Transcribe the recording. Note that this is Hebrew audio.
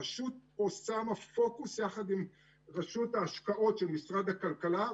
הרשות פה שמה פוקוס יחד עם רשות ההשקעות של משרד הכלכלה,